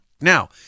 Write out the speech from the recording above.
Now